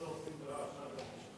הוא יודה לכל העושים במלאכה גם בשמי.